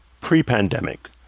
pre-pandemic